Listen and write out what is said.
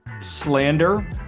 slander